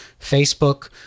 facebook